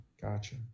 Gotcha